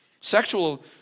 Sexual